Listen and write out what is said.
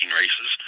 races